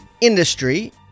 industry